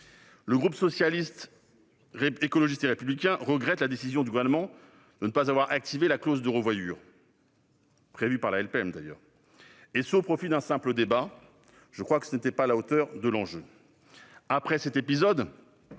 Le groupe Socialiste, Écologiste et Républicain regrette la décision du Gouvernement de ne pas avoir activé la « clause de revoyure » prévue par la LPM, et ce au profit d'un simple débat. Je crois que ce n'était pas à la hauteur de l'enjeu.